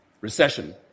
recession